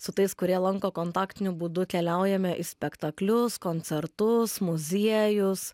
su tais kurie lanko kontaktiniu būdu keliaujame į spektaklius koncertus muziejus